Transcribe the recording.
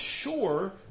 sure